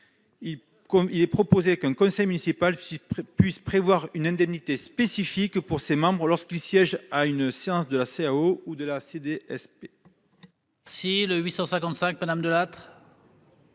il est proposé qu'un conseil municipal puisse prévoir une indemnité spécifique pour ses membres lorsqu'ils siègent à une séance de la CAO ou de la CDSP. La parole est à Mme Nathalie Delattre,